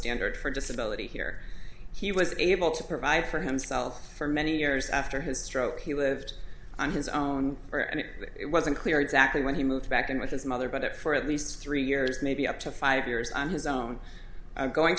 standard for disability here he was able to provide for himself for many years after his stroke he lived on his own for and it was unclear exactly when he moved back in with his mother but for at least three years maybe up to five years on his own going